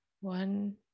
one